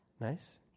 Nice